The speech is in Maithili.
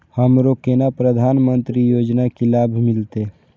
हमरो केना प्रधानमंत्री योजना की लाभ मिलते?